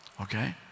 okay